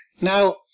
Now